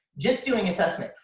just doing assessment.